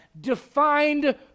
defined